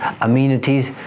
amenities